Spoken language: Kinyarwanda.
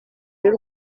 y’u